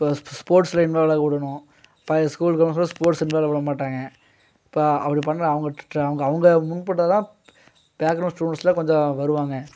இப்போ ஸ்போர்ட்ஸில் இன்வால்வ் ஆக விடணும் பாதி ஸ்கூல் ஸ்போட்ஸில் இன்வால்வ் ஆக விடமாட்டாங்க இப்போ அப்படி பண்ண அவங்க அவங்க அவங்க முன்பட்டால்தான் பேக் கிரௌண்ட் ஸ்டூடண்ஸ்லாம் கொஞ்சம் வருவாங்க